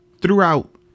throughout